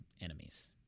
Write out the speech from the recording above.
enemies